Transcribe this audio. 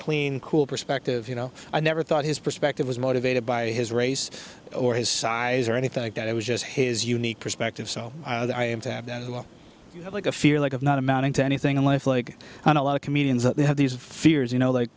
clean cool perspective you know i never thought his perspective was motivated by his race or his size or anything like that it was just his unique perspective so i have to have that as well like a fear like of not amounting to anything in life like on a lot of comedians that they have these fears you know